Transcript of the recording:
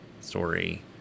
story